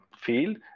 field